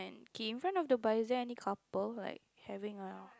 K in front of the bar is there any couple like having a